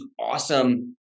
awesome